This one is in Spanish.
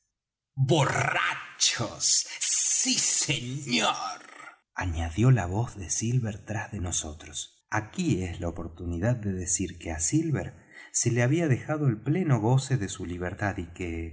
borrachos sí señor añadió la voz de silver tras de nosotros aquí es la oportunidad de decir que á silver se le había dejado el pleno goce de su libertad y que